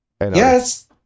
Yes